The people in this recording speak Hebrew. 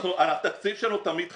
התקציב שלנו תמיד חסר.